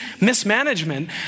mismanagement